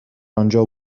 انجا